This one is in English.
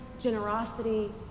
generosity